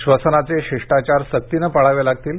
श्वसनाचे शिष्टाचार सक्तीने पाळावे लागतील